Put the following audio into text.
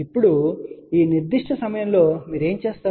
ఇప్పుడు ఈ నిర్దిష్ట సమయంలో మీరు ఏమి చేస్తారు